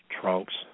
trunks